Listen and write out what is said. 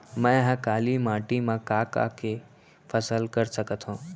मै ह काली माटी मा का का के फसल कर सकत हव?